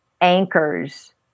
anchors